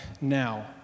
now